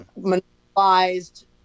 monopolized